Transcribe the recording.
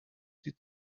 die